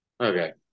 Okay